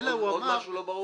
אין משהו לא ברור?